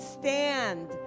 stand